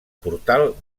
portal